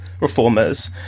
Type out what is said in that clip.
reformers